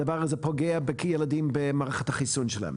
הדבר הזה במערכת החיסון שלהם.